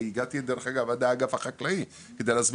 הגעתי דרך אגב עד האגף החקלאי כדי להסביר